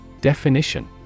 Definition